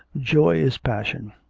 joy is passion,